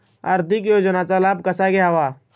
आर्थिक योजनांचा लाभ कसा घ्यावा?